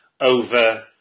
over